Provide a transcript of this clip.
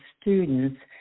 students